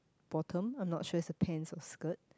bottom I'm not sure it's a pants or skirt